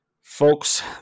folks